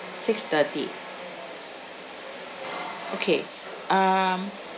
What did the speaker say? six thirty okay um